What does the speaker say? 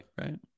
right